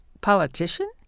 politician